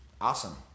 Awesome